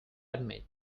admit